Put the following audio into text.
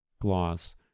gloss